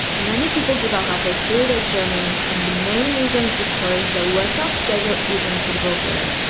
many people give up halfway through their journey and the main reason is because the workout schedule isn't suitable for them,